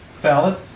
valid